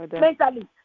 mentally